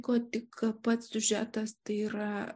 liko tik pats siužetas tai yra